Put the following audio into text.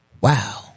Wow